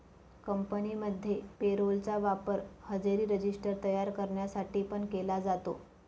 कंपनीमध्ये payroll चा वापर हजेरी रजिस्टर तयार करण्यासाठी पण केला जातो